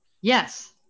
Yes